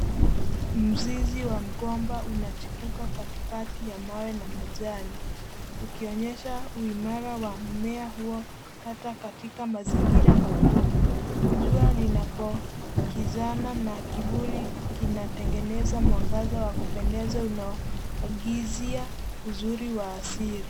Mzizi wa mgomba unachipuka katikati ya mawe na majani ukionyesha uimara wa mmea huo hata katika mazingira magumu. Jua linapokizana na kivuli kinatengeneza mwangaza wa kupendeza unaoagizia uzuri wa asili.